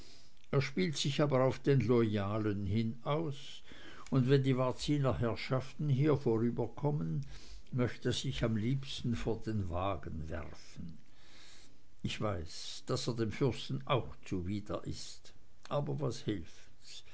er spielt sich aber auf den loyalen hin aus und wenn die varziner herrschaften hier vorüberkommen möchte er sich am liebsten vor den wagen werfen ich weiß daß er dem fürsten auch widerlich ist aber was hilft's